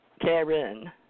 Karen